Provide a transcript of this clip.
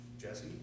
Jesse